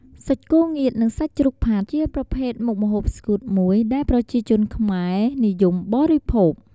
សាច់គោងៀតនិងសាច់ជ្រូកផាត់ ជាប្រភេទមុខម្ហូបស្ងួតមួយដែលប្រជាជនខ្មែរនិយមបរិភោគ។